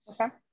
Okay